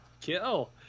Kill